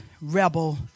Rebel